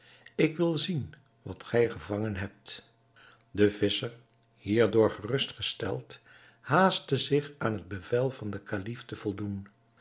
ik wil zien wat gij gevangen hebt de visscher hier door gerust gesteld haastte zich aan het bevel van den kalif te voldoen